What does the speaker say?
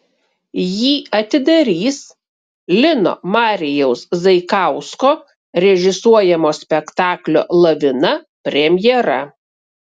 jį atidarys lino marijaus zaikausko režisuojamo spektaklio lavina premjera